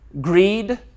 greed